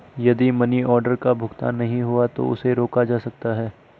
यदि money order का भुगतान नहीं हुआ है तो उसे रोका जा सकता है